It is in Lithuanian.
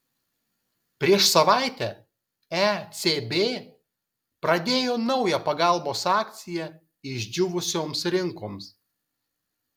prieš savaitę ecb pradėjo naują pagalbos akciją išdžiūvusioms rinkoms